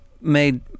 made